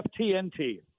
ftnt